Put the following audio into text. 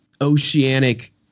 oceanic